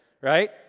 right